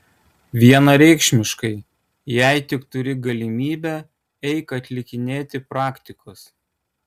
vienareikšmiškai jei tik turi galimybę eik atlikinėti praktikos